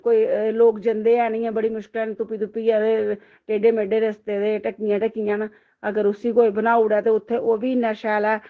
कोई लोग जन्दे ऐ न ऐ बड़ी मुश्कलें तुप्पी तुप्पियै ते टेडे मेढे रस्ते ते ढक्कियां ढक्कियां न अगर उसी कोई बनाई उड़े ते उत्थे ओह् बी इन्ना शैल ऐ